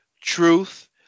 Truth